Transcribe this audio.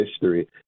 history